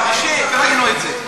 אין לך מה לחפש באל-אקצא.